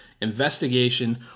investigation